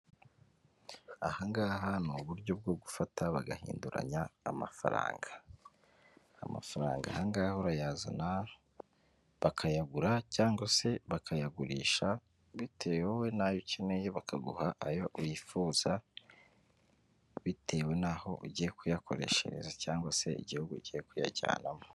Ahangaha ni uburyo bwo gufata bagahinduranya amafaranga, amafaranga aha ngahe urayazana bakayagura cyangwa se bakayagurisha, bitewe n'ayo ukeneye bakaguha ayo uyifuza, bitewe n'aho ugiye kuyakoreshereza cyangwa se igihugu ugiye kuyajyanamo.